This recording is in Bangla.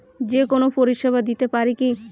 যে কোনো পরিষেবা দিতে পারি কি?